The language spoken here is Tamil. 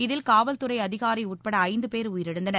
இதில் காவல்துறை அதிகாரி உட்பட ஐந்து பேர் உயிரிழந்தனர்